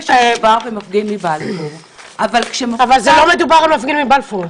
שמדובר במפגין מבלפור --- אבל לא מדובר על מפגין מבלפור.